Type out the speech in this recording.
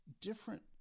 different